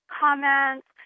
comments